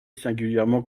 singulièrement